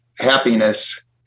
happiness